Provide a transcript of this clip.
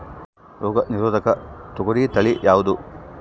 ರೋಗ ನಿರೋಧಕ ತೊಗರಿ ತಳಿ ಯಾವುದು?